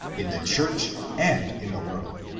in the church and in the world.